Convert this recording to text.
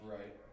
Right